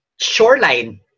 shoreline